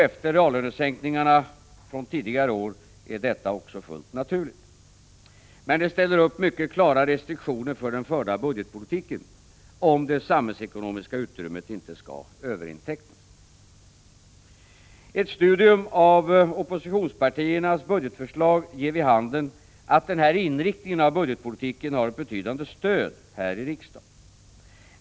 Efter reallöne sänkningarna under tidigare år är detta också fullt naturligt. Men det ställer upp mycket klara restriktioner för den förda budgetpolitiken, om det samhällsekonomiska utrymmet inte skall överintecknas. Ett studium av oppositionspartiernas budgetförslag ger vid handen att denna inriktning av budgetpolitiken har ett betydande stöd här i riksdagen.